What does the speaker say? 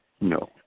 No